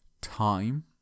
time